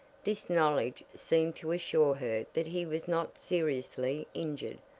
this knowledge seemed to assure her that he was not seriously injured,